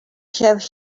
have